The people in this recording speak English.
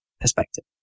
perspective